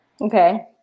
Okay